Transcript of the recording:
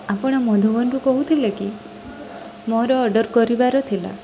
ଆପଣ ମଧୁବନ୍ରୁ କହୁଥିଲେ କି ମୋର ଅର୍ଡ଼ର୍ କରିବାର ଥିଲା